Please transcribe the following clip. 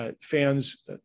fans